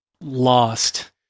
lost